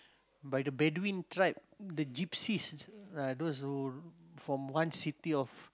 by the Bedouin tribe the gypsies uh those who from one city of